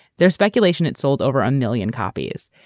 there's speculation it sold over a million copies.